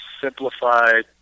simplified